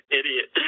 idiot